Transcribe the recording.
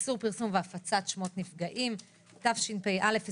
איסור פרסום והפצת שמות נפגעים התשפ"א-2021,